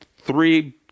three